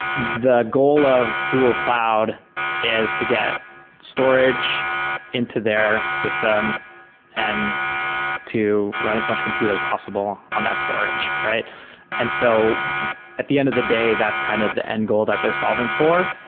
the goal of google cloud is to get storage into their system and to run as much computer as possible on that storage. and so at the end of the day, that's kind of the end goal that they're solving for.